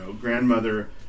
grandmother